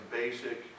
basic